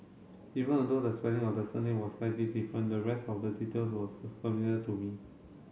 even a though the spelling of the surname was slightly different the rest of the details were familiar to me